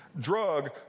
Drug